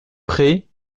prés